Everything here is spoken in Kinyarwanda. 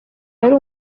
yari